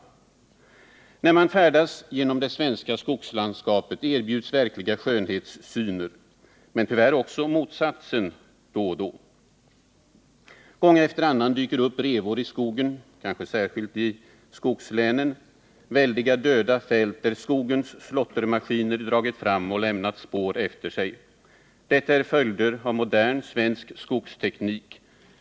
När man färdas genom det svenska skogslandskapet erbjuds verkliga skönhetssyner, men då och då tyvärr också motsatsen. Gång efter annan dyker det upp revor i skogen, kanske särskilt i skogslänen, väldiga döda fält där skogens slåttermaskiner har dragit fram och lämnat spår efter sig. Detta är följder av modern svensk skogsteknik.